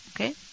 okay